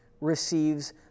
receives